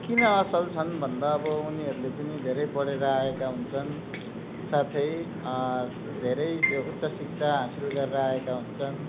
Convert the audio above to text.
किन असल छन् भन्दा अब उनीहरूले पनि धेरै पढेर आएका हुन्छन् साथै धेरै उच्च शिक्षा हासिल गरेर आएका हुन्छन्